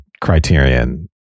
criterion